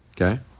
Okay